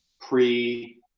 pre